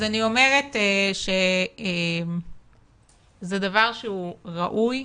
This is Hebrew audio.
אז אני אומרת שזה דבר שהוא ראוי,